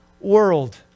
world